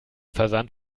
versand